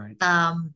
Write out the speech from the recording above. Right